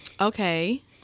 Okay